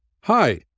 Hi